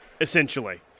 essentially